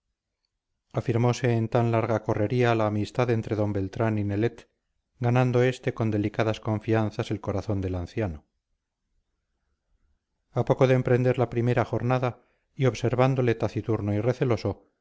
afirmose en tan larga correría la amistad entre d beltrán y nelet ganando este con delicadas confianzas el corazón del anciano a poco de emprender la primer jornada y observándole taciturno y receloso